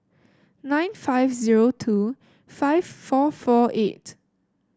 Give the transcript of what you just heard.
nine five zero two five four four eight